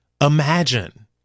Imagine